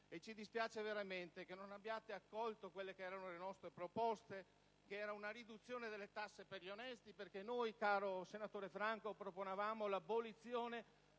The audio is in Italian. e ci dispiace veramente che non abbiate accolto le nostre proposte, volte alla riduzione delle tasse per gli onesti. Noi, caro senatore Franco, proponevamo l'abolizione